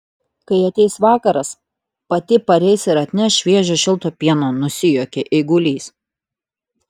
kai ateis vakaras pati pareis ir atneš šviežio šilto pieno nusijuokė eigulys